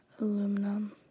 Aluminum